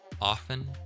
often